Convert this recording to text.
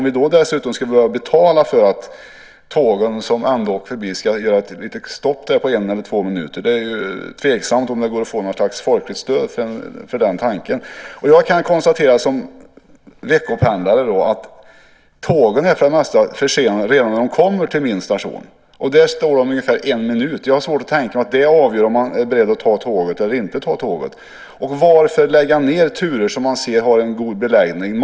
Det är tveksamt om det går att få något folkligt stöd för att vi ska betala för att tågen som ändå åker förbi gör ett stopp på en eller två minuter. Jag kan som veckopendlare konstatera att tågen för det mesta är försenade redan när de kommer till min station. Där står de i ungefär en minut. Jag har svårt att tänka mig att det avgör om man är beredd att ta tåget eller inte. Varför läggs turer med god beläggning ned?